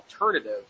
alternative